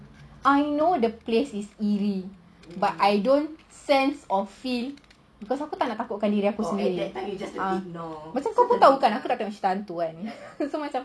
I know the place is eerie but I don't sense or feel pasal aku tak nak takutkan diri aku sendiri macam kau tahu aku takut tengok cerita hantu kan so macam